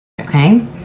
Okay